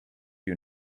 you